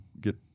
get